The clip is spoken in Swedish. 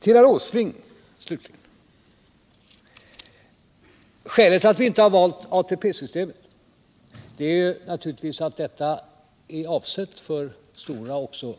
Till herr Åsling vill jag säga: Skälet till att vi inte har valt ATP-systemet är naturligtvis att detta är avsett för stora och också